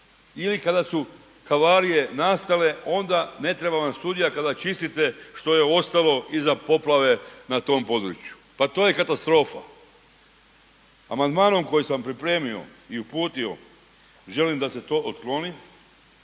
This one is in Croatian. ili kada su havarije nastale onda ne treba vam studija kada čistite što je ostalo iza poplave na tom području. Pa to je katastrofa. Amandmanom koji sam pripremio i uputio želim da se to otkloni,